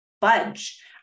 budge